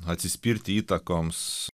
atsispirti įtakoms